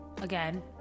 again